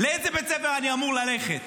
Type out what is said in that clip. לאיזה בית ספר אני אמור ללכת?